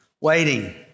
waiting